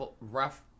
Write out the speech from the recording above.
rough